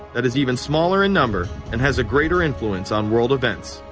that is even smaller in number and has a greater influence on world events.